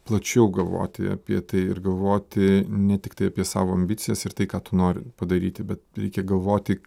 plačiau galvoti apie tai ir galvoti ne tiktai apie savo ambicijas ir tai ką tu noripadaryti bet reikia galvoti